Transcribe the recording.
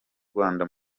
rwanda